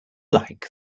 like